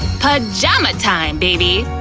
pajama time, baby!